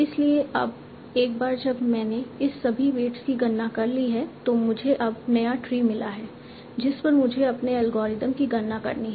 इसलिए अब एक बार जब मैंने इन सभी वेट्स की गणना कर ली है तो मुझे अब नया ट्री मिला है जिस पर मुझे अपने एल्गोरिथ्म की गणना करनी है